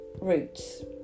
roots